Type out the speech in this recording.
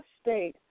state